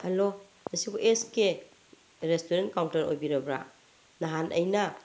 hello ꯑꯁꯤꯕꯨ S K restaurant counter ꯑꯣꯏꯕꯤꯔꯕ꯭ꯔꯥ ꯅꯍꯥꯟ ꯑꯩꯅ